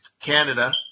Canada